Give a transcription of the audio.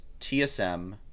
TSM